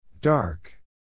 Dark